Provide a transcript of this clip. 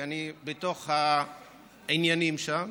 כי אני בתוך העניינים שם